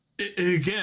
Again